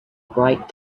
bright